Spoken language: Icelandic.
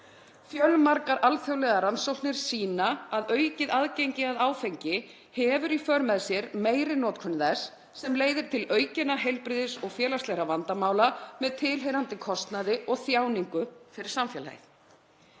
Fjölmargar alþjóðlegar rannsóknir sýna að aukið aðgengi að áfengi hefur í för með sér meiri notkun þess sem leiðir til aukinna heilbrigðis- og félagslegra vandamála með tilheyrandi kostnaði og þjáningu fyrir samfélagið.